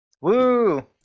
Woo